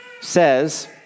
says